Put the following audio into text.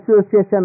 association